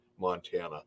Montana